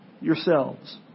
yourselves